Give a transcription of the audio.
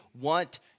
want